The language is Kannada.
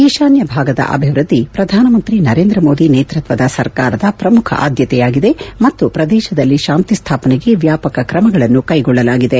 ಈಶಾನ್ಯ ಭಾಗದ ಅಭಿವೃದ್ದಿ ಪ್ರಧಾನಮಂತ್ರಿ ನರೇಂದ್ರ ಮೋದಿ ನೇತೃತ್ವದ ಸರ್ಕಾರದ ಪ್ರಮುಖ ಆದ್ಯತೆ ಆಗಿದೆ ಮತ್ತು ಪ್ರದೇಶದಲ್ಲಿ ಶಾಂತಿ ಸ್ವಾಪನೆಗೆ ವ್ಯಾಪಕ ಕ್ರಮಗಳನ್ನು ಕೈಗೊಳ್ಳಲಾಗಿದೆ